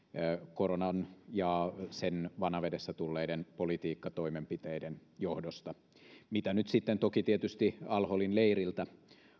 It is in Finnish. koronan ja sen vanavedessä tulleiden politiikkatoimenpiteiden johdosta mitä nyt sitten toki tietysti al holin leiriltä